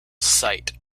site